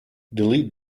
delete